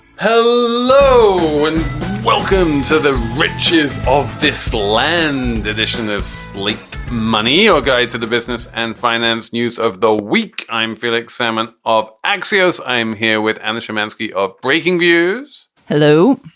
hello and welcome to the riches of this land, ed. this and this leaked money or guide to the business and finance news of the week, i'm felix salmon of axios i'm here with anna shamansky of breaking news. hello.